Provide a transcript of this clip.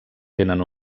tenen